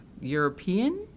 european